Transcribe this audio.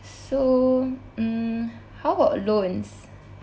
so mm how about loans